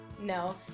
No